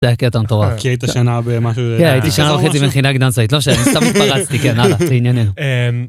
זה היה קטע מטורף. כי הייתה שנה במשהו? הייתי שנה וחצי במכינה קדם צבאית, לא משנה, סתם התפרצתי, כן הלאה, לעניננו.